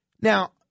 Now